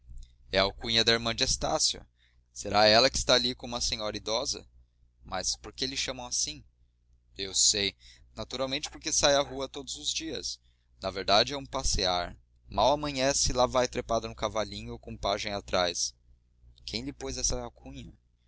é a alcunha da irmã de estácio será ela que está ali com uma senhora idosa mas por que lhe chamam assim eu sei naturalmente porque sai à rua todos os dias na verdade é um passear mal amanhece lá vai trepada no cavalinho com o pajem atrás quem lhe pôs essa alcunha